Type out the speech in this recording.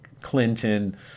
Clinton